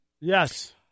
Yes